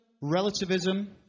Relativism